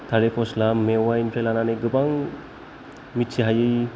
थालिर फस्ला मेवायनिफ्राय लानानै गोबां मिथिहायै